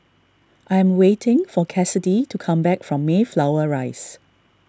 I am waiting for Cassidy to come back from Mayflower Rise